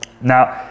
Now